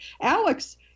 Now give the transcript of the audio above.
Alex